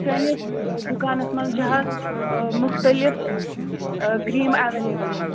سٲنِس دُکانَس منٛز چھِ حظ مختلف کریٖمہٕ اٮ۪ویلیبٕل حظ